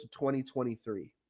2023